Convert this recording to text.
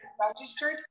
registered